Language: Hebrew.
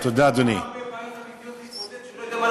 יש לו כל כך הרבה בעיות אמיתיות להתמודד אתן,